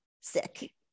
sick